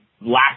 last